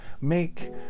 make